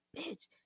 bitch